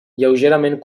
lleugerament